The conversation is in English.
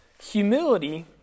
humility